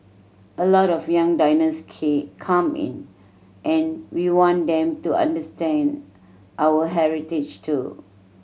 a lot of young diners came come in and we want them to understand our heritage too